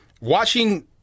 watching